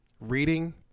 reading